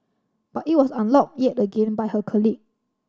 but it was unlocked yet again by her colleague